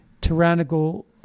tyrannical